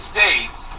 States